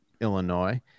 Illinois